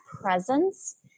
presence